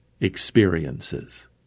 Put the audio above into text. experiences